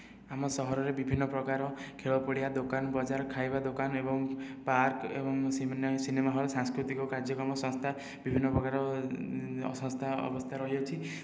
ଆମ ସହରରେ ବିଭିନ୍ନପ୍ରକାର ଖେଳପଡ଼ିଆ ଦୋକାନ ବଜାର ଖାଇବା ଦୋକାନ ଏବଂ ପାର୍କ ଏବଂ ସିନେମା ହଲ୍ ସାଂସ୍କୃତିକ କାର୍ଯ୍ୟକ୍ରମ ସଂସ୍ଥା ବିଭିନ୍ନ ପ୍ରକାର ସଂସ୍ଥା ଅବସ୍ଥା ରହିଅଛି